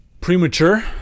premature